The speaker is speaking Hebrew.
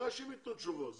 בוודאי שהם יתנו תשובות,